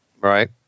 right